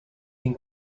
been